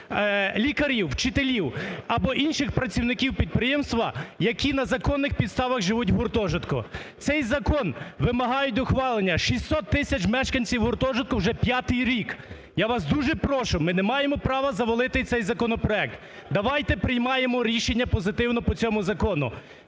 лікарів, вчителів або інших працівників підприємства, які на законних підставах живуть в гуртожитку. Цей закон вимагають ухвалення 600 тисяч мешканців гуртожитку вже п'ятий рік. Я вас дуже прошу, ми не маємо права "завалити" цей законопроект. Давайте… приймаємо рішення позитивно по цьому закону.